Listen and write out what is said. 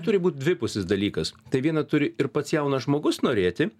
turi būt dvipusis dalykas tai viena turi ir pats jaunas žmogus norėti